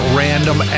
random